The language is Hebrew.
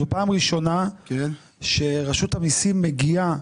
זו פעם ראשונה שרשות המיסים מגיעה